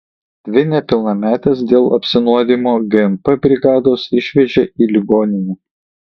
dvi nepilnametes dėl apsinuodijimo gmp brigados išvežė į ligoninę